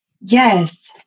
Yes